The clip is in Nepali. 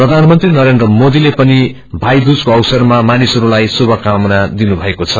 प्रधानमंत्री नरेन्द्र मोदीले पनि भई दूजको अवसरमा मानिसहरूलाई शुभकामना दिनुभएको छ